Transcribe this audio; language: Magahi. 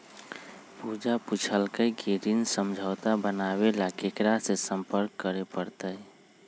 पूजा पूछल कई की ऋण समझौता बनावे ला केकरा से संपर्क करे पर तय?